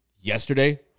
Yesterday